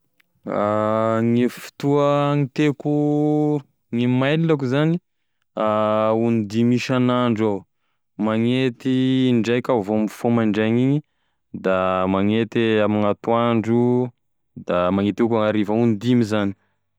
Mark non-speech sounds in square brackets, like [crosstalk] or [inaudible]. [hesitation] Gne fotoa hagniteko gne mailako zany [hesitation] ondimy isan'andro eo avao, magnety indraiky aho vao mifoha mandraigna iny, da magnety amign'atoandro da magnety avao koa amign'hariva, ondimy zany.